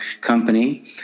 company